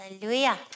Hallelujah